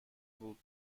بود